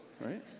right